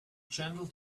gentle